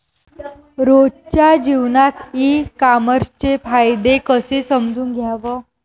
रोजच्या जीवनात ई कामर्सचे फायदे कसे समजून घ्याव?